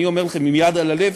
אני אומר לכם עם יד על הלב,